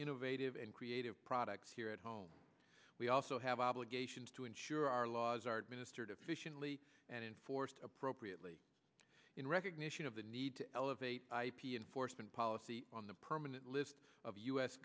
innovative and creative products here at home we also have obligations to ensure our laws are administered efficiently and enforced appropriately in recognition of the need to elevate ip enforcement policy on the permanent list